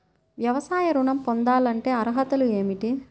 వ్యవసాయ ఋణం పొందాలంటే అర్హతలు ఏమిటి?